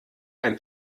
ein